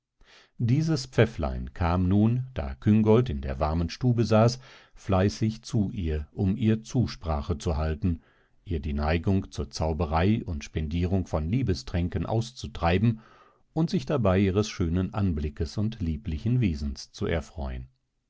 dieses pfäfflein kam nun da küngolt in der warmen stube saß fleißig zu ihr um ihr zusprache zu halten ihr die neigung zur zauberei und spendierung von liebestränken auszutreiben und sich dabei ihres schönen anblickes und lieblichen wesens zu erfreuen